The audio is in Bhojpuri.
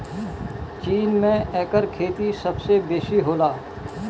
चीन में एकर खेती सबसे बेसी होला